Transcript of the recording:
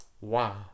wow